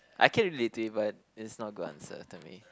I can relate to it but it's not a good answer to me